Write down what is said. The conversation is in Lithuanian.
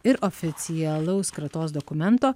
ir oficialaus kratos dokumento